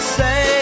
say